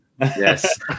yes